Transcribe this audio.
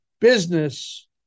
business